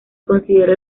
considera